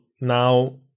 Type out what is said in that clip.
now